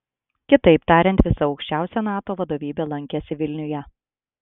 kitaip tariant visa aukščiausia nato vadovybė lankėsi vilniuje